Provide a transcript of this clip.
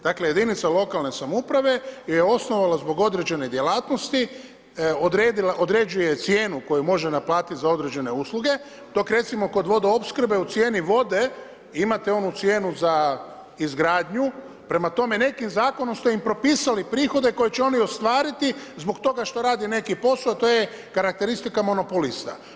Dakle jedinica lokalne samouprave je osnovala zbog određene djelatnosti određuje cijenu koju može naplatiti za određene usluge, dok recimo kod vodoopskrbe u cijeni vode imate onu cijenu za izgradnju, prema tome nekim zakonom ste im propisali prihode koje će oni ostvariti zbog toga što rade neki posao, a to je karakteristika monopolista.